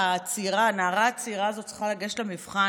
הנערה הצעירה הזאת צריכה לגשת למבחן,